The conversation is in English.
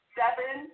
seven